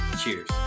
Cheers